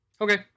Okay